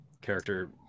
Character